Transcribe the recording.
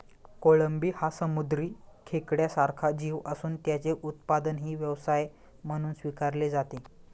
कोळंबी हा समुद्री खेकड्यासारखा जीव असून त्याचे उत्पादनही व्यवसाय म्हणून स्वीकारले जाते